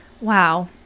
Wow